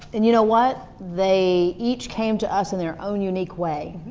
and you know what? they each came to us in their own unique way.